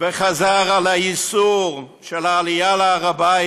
וחזר על האיסור של העלייה להר הבית,